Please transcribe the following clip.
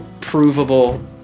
provable